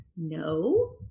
No